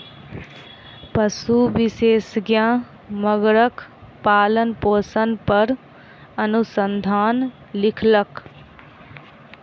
पशु विशेषज्ञ मगरक पालनपोषण पर अनुसंधान लिखलक